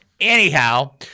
Anyhow